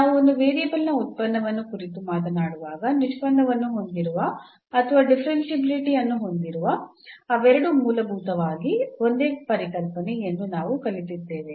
ನಾವು ಒಂದು ವೇರಿಯಬಲ್ನ ಉತ್ಪನ್ನವನ್ನು ಕುರಿತು ಮಾತನಾಡುವಾಗ ನಿಷ್ಪನ್ನವನ್ನು ಹೊಂದಿರುವ ಅಥವಾ ಡಿಫರೆನ್ಷಿಯಾಬಿಲಿಟಿ ಅನ್ನು ಹೊಂದಿರುವ ಅವೆರಡೂ ಮೂಲಭೂತವಾಗಿ ಒಂದೇ ಪರಿಕಲ್ಪನೆ ಎಂದು ನಾವು ಕಲಿತಿದ್ದೇವೆ